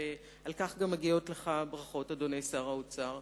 ועל כך מגיעות גם לך ברכות, אדוני שר האוצר,